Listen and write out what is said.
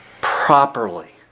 properly